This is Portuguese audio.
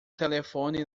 telefone